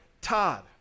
Todd